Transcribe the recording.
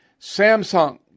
Samsung